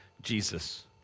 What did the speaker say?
Jesus